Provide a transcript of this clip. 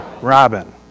Robin